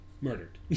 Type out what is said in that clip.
Murdered